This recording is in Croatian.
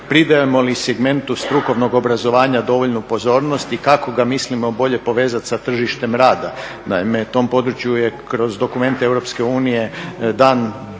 pridajemo li segmentu strukovnog obrazovanja dovoljnu pozornost i kako ga mislimo bolje povezati sa tržištem rada. Naime, tom području je kroz dokumente EU dan